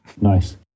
Nice